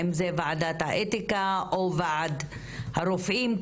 האם זו ועדת האתיקה או ועד הרופאים,